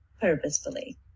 purposefully